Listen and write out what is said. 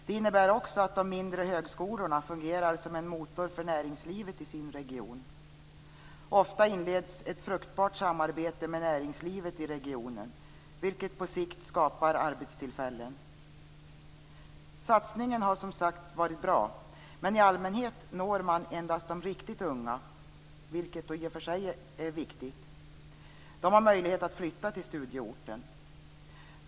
Det innebär också att de mindre högskolorna fungerar som en motor för näringslivet i sin region. Ofta inleds ett fruktbart samarbete med näringslivet i regionen, vilket på sikt skapar arbetstillfällen. Satsningen har som sagt varit bra, men i allmänhet når man endast de riktigt unga, vilket i och för sig är viktigt. De har möjlighet att flytta till studieorten.